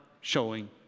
showing